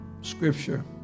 scripture